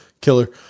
Killer